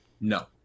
No